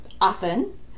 often